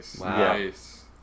Nice